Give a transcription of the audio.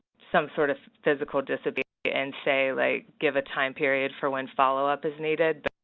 some sort of physical disability and say, like give a time period for when follow-up is needed.